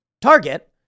target